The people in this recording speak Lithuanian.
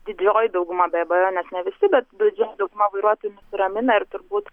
didžioji dauguma be abejonės ne visi bet didžioji dauguma vairuotojų nusiramina ir turbūt